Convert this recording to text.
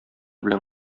белән